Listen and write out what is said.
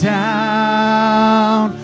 down